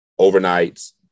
overnights